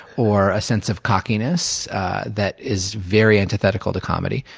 or a sense of cockiness that is very antithetical to comedy.